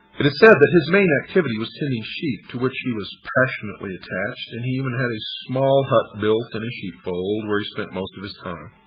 it is said that his main activity was tending sheep, to which he was passionately attached, and he even had a small hut built in a sheepfold, where he spent most of his time.